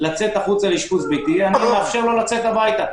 לצאת החוצה לאשפוז ביתי, אני מאפשר לו לצאת הביתה.